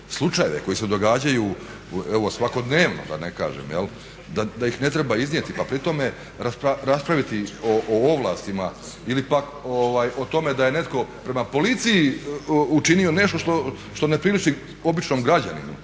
koji se događaju evo svakodnevno, da ne kažem, da ih ne treba iznijeti, pa pri tome raspraviti o ovlastima ili pak o tome da je netko prema policiji učinio nešto što ne priliči običnom građaninu.